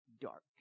dark